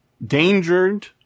endangered